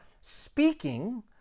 speaking